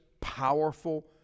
powerful